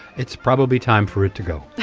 it's probably time for it to go